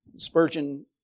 Spurgeon